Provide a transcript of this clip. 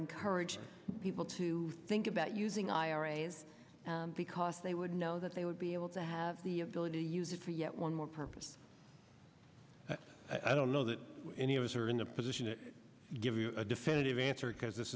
encourage people to think about using iras because they would know that they would be able to have the ability to use it for yet one more purpose i don't know that any of us are in a position to give you a definitive answer because this